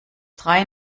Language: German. drei